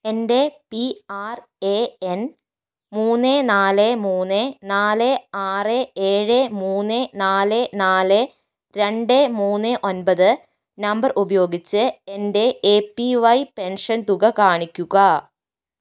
എന്റെ P R A N മൂന്ന് നാല് മൂന്ന് നാല് ആറ് ഏഴ് മൂന്ന് നാല് നാല് രണ്ട് മൂന്ന് ഒൻപത് നമ്പർ ഉപയോഗിച്ച് എന്റെ എ പി വൈ പെൻഷൻ തുക കാണിക്കുക